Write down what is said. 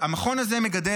המכון הזה מגדל,